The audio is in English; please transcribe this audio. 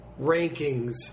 rankings